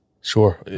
Sure